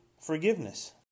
forgiveness